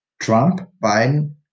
Trump-Biden